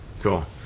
Cool